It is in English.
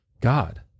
God